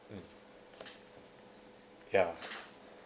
mm ya